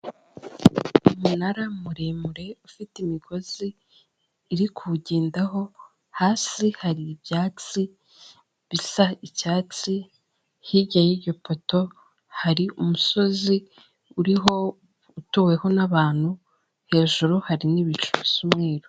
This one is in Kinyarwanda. Umunara muremure ufite imigozi iri kuwugendaho, hasi hari ibyatsi bisa icyatsi. Hirya y'iryo poto hari umusozi uriho utuweho n'abantu hejuru hari n'ibicu bisa umweru.